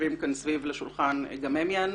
שיושבים עימנו גם הם יענו.